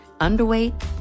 underweight